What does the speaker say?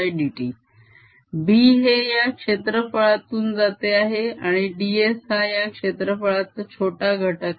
B हे या क्षेत्रफाळातून जाते आहे आणि ds हा या क्षेत्रफळाचा छोटा घटक आहे